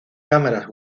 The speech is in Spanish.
cámaras